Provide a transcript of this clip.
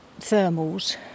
thermals